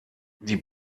die